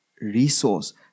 resource